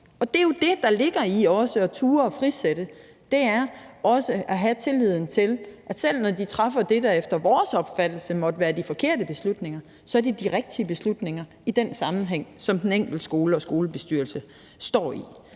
frisætte, er jo også at have tilliden til, at selv når nogle træffer det, der efter vores opfattelse måtte være de forkerte beslutninger, så er det de rigtige beslutninger i den sammenhæng, som den enkelte skole og skolebestyrelse står i.